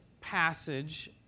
passage